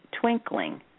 twinkling